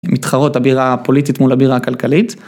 ‫מתחרות הבירה הפוליטית ‫מול הבירה הכלכלית.